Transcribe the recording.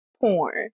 porn